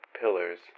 Pillars